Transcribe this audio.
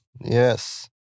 Yes